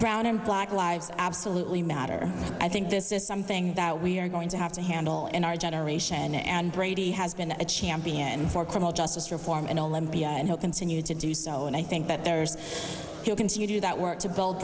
brown and black lives absolutely matter i think this is something that we are going to have to handle and our generation and brady has been a champion for criminal justice reform and olympia and he'll continue to do so and i think that there's you can see you do